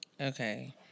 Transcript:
Okay